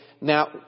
now